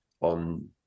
on